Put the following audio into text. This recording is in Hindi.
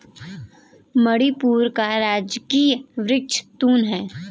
मणिपुर का राजकीय वृक्ष तून है